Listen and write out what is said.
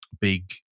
big